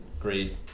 great